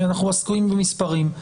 אנחנו עוסקים במספרים.